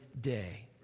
day